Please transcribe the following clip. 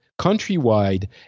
countrywide